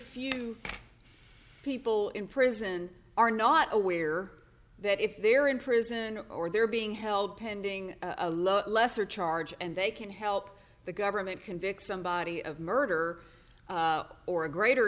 few people in prison are not aware that if they're in prison or they're being held pending a lower lesser charge and they can help the government convict somebody of murder or a greater